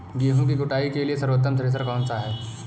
गेहूँ की कुटाई के लिए सर्वोत्तम थ्रेसर कौनसा है?